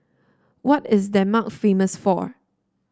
what is Denmark famous for